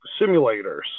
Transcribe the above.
simulators